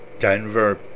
Denver